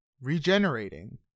regenerating